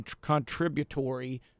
contributory